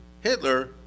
Hitler